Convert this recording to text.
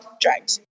drugs